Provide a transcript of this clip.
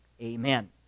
amen